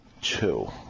two